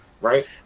right